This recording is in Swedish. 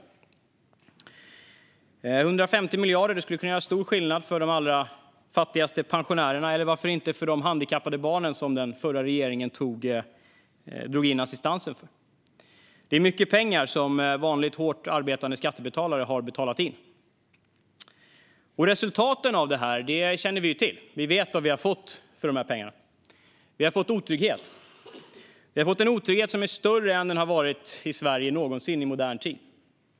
150 miljarder skulle kunna göra stor skillnad för de allra fattigaste pensionärerna, eller varför inte för de handikappade barn som den förra regeringen drog in assistansen för. Det är mycket pengar, som vanliga hårt arbetande skattebetalare har betalat in. Resultatet av detta känner vi till. Vi vet vad vi har fått för dessa pengar. Vi har fått otrygghet. Vi har fått en otrygghet i Sverige som är större än den någonsin har varit i modern tid.